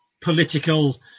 political